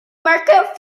market